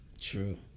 True